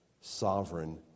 sovereign